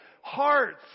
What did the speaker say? Hearts